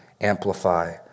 amplify